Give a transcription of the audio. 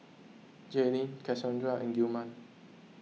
Jayleen Cassondra and Gilman